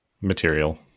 material